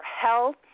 health